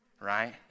right